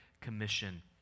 commission